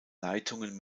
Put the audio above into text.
leitungen